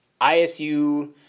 ISU